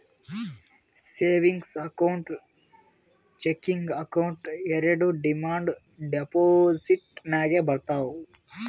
savings account, checking account ಎರೆಡು demand deposit ನಾಗೆ ಬರ್ತಾವ್